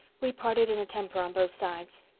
we parted in a temper on both sides.